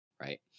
right